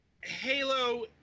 Halo